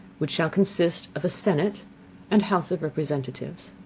which shall consist of a senate and house of representatives.